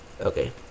Okay